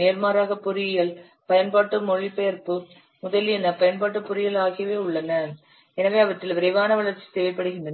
நேர்மாறாக பொறியியல் பயன்பாட்டு மொழிபெயர்ப்பு முதலியன பயன்பாட்டு பொறியியல் ஆகியவை உள்ளன எனவே அவற்றில் விரைவான வளர்ச்சி தேவைப்படுகின்றன